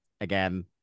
again